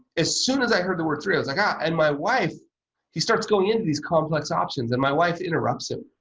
as soon as i heard the word three, i was like, ah, yeah and my wife he starts going in these complex options and my wife interrupts him.